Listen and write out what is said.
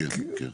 כן.